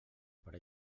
per